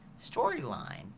storyline